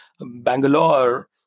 Bangalore